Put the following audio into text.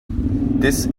this